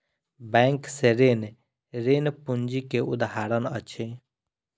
bank से ऋण, ऋण पूंजी के उदाहरण अछि